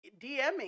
DMing